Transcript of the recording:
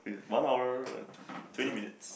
one hour twenty minutes